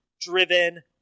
driven